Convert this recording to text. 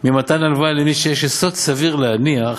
ממתן הלוואה למי שיש יסוד סביר להניח,